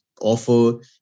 offer